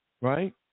right